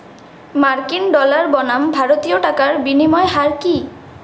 মার্কিন ডলার বনাম ভারতীয় টাকার বিনিময় হার কি